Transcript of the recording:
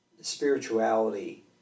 spirituality